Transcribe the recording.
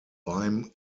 beim